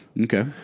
Okay